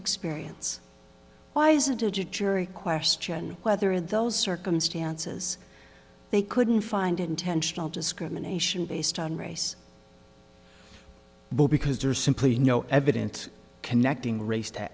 experience why is a digit jury question whether in those circumstances they couldn't find intentional discrimination based on race because there's simply no evidence connecting race to